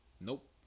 Nope